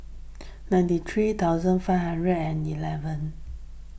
ninety three thousand five hundred and eleven